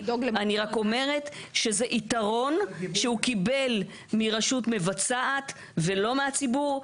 אני רק אומרת שזה יתרון שהוא קיבל מרשות מבצעת ולא מהציבור.